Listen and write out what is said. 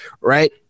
right